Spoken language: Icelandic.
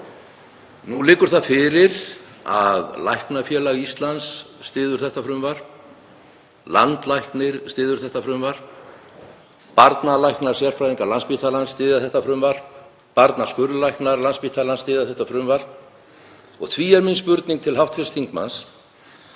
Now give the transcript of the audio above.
Nú liggur það fyrir að Læknafélag Íslands styður þetta frumvarp, landlæknir styður þetta frumvarp, barnalæknar, sérfræðingar Landspítalans styðja þetta frumvarp, barnaskurðlæknar Landspítalans styðja þetta frumvarp. Því er spurning mín til hv. þingmanns: